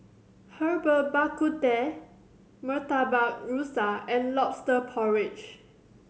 Herbal Bak Ku Teh Murtabak Rusa and Lobster Porridge